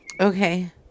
Okay